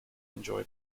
enjoy